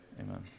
Amen